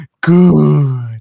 Good